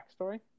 backstory